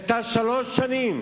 שהיתה שלוש שנים